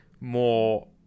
more